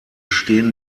stehen